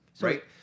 Right